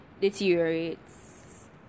deteriorates